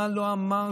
מה לא אמרתם,